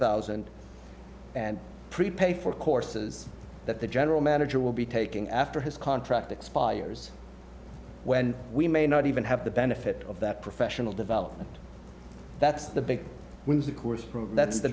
thousand and prepay for courses that the general manager will be taking after his contract expires when we may not even have the benefit of that professional development that's the big